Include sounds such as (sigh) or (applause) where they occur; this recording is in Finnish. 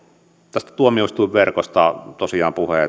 tästä tuomioistuinverkosta tosiaan puhe (unintelligible)